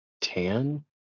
Tan